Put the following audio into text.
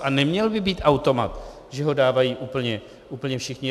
A neměl by být automat, že ho dávají úplně všichni.